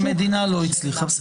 והמדינה לא הצליחה.